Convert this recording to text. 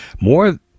more